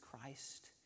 Christ